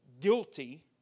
guilty